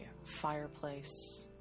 fireplace